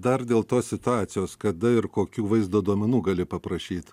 dar dėl tos situacijos kada ir kokių vaizdo duomenų gali paprašyt